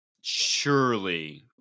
surely